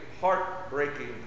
heartbreaking